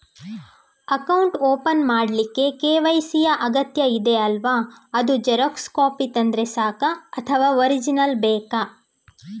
Account open ಮಾಡ್ಲಿಕ್ಕೆ KYC ಯಾ ಅಗತ್ಯ ಇದೆ ಅಲ್ವ ಅದು ಜೆರಾಕ್ಸ್ ಕಾಪಿ ತಂದ್ರೆ ಸಾಕ ಅಥವಾ ಒರಿಜಿನಲ್ ಬೇಕಾ?